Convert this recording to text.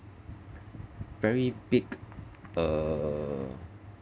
very big uh